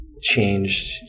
changed